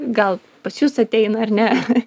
gal pas jus ateina ar ne